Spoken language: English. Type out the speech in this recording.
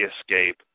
escape